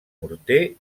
morter